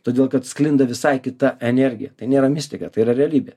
todėl kad sklinda visai kita energija tai nėra mistika tai yra realybė